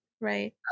Right